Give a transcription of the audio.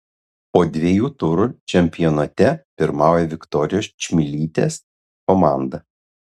po dviejų turų čempionate pirmauja viktorijos čmilytės komanda